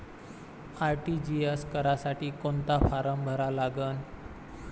RTGS करासाठी कोंता form भरा लागन?